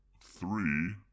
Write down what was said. three